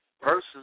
versus